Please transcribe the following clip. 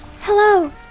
hello